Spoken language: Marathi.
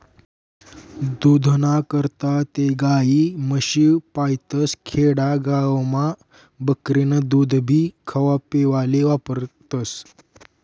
दूधना करता ते गायी, म्हशी पायतस, खेडा गावमा बकरीनं दूधभी खावापेवाले वापरतस